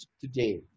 today